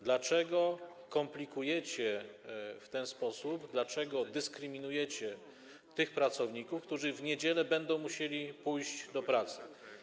Dlaczego komplikujecie w ten sposób, dlaczego dyskryminujecie tych pracowników, którzy w niedziele będą musieli pójść do pracy?